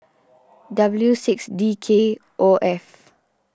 W six D K O F